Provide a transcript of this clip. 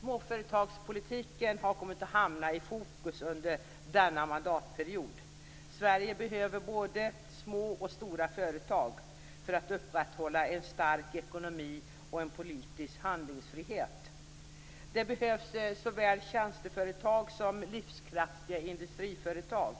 Småföretagspolitiken har kommit att hamna i fokus under denna mandatperiod. Sverige behöver både små och stora företag för att upprätthålla en stark ekonomi och en politisk handlingsfrihet. Det behövs såväl tjänsteföretag som livskraftiga industriföretag.